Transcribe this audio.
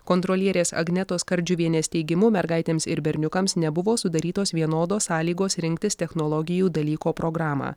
kontrolierės agnetos skardžiuvienės teigimu mergaitėms ir berniukams nebuvo sudarytos vienodos sąlygos rinktis technologijų dalyko programą